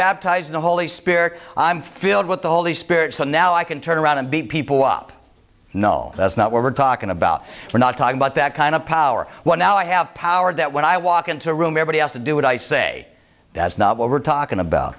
baptized the holy spirit i'm filled with the holy spirit so now i can turn around and beat people up no that's not what we're talking about we're not talking about that kind of power what now i have power that when i walk into a room every asked to do it i say that's not what we're talking about